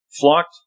flocked